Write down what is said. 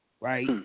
right